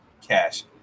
cash